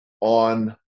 on